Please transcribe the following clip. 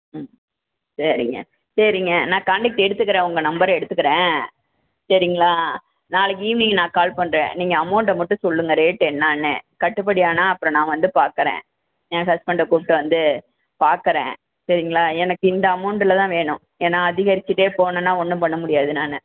ம் சரிங்க சரிங்க நான் காண்டேக்ட் எடுத்துக்கிறேன் உங்கள் நம்பர் எடுத்துக்கிறேன் சரிங்களா நாளைக்கு ஈவ்னிங் நான் கால் பண்ணுறேன் நீங்கள் அமௌண்டை மட்டும் சொல்லுங்கள் ரேட் என்னென்னு கட்டுப்படி ஆனால் அப்புறம் நான் வந்து பார்க்கறேன் என் ஹஸ்பண்டை கூப்பிட்டு வந்து பார்க்கறேன் சரிங்களா எனக்கு இந்த அமௌண்டில் தான் வேணும் ஏன்னால் அதிகரிச்சுட்டே போனோன்னால் ஒன்றும் பண்ண முடியாது நான்